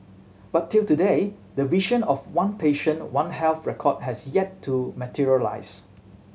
but till today the vision of one patient One Health record has yet to materialise